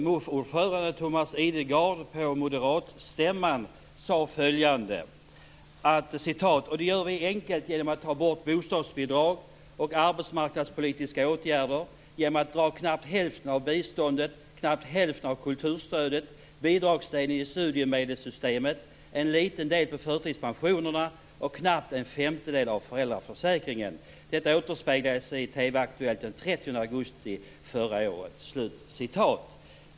MUF ordföranden Thomas Idergard sade på moderatstämman att man gör detta enkelt genom att ta bort bostadsbidrag och arbetsmarknadspolitiska åtgärder, genom att dra knappt hälften av biståndet, knappt hälften av kulturstödet, bidragsdelen i studiemedelssystemet, en liten del på förtidspensionerna och knappt en femtedel av föräldraförsäkringen. Detta återspeglades i Aktuellt i TV den 30 augusti förra året.